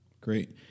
Great